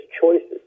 choices